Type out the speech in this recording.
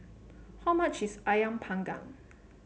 how much is ayam Panggang